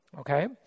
Okay